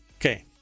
Okay